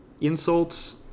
insults